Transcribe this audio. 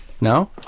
No